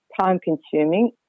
time-consuming